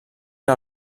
que